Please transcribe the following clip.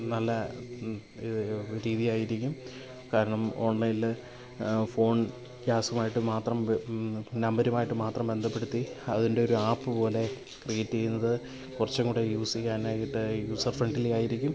നല്ല രീതിയായിരിക്കും കാരണം ഓൺലൈനിൽ ഫോൺ ഗ്യാസുമായിട്ടു മാത്രം നമ്പറുമായിട്ടു മാത്രം ബന്ധപ്പെടുത്തി അതിൻ്റെ ഒരു ആപ്പുപോലെ ക്രിയേറ്റ് ചെയ്യുന്നത് കുറച്ചും കൂടി യൂസ് ചെയ്യാനായിട്ട് യൂസർ ഫ്രണ്ട്ലി ആയിരിക്കും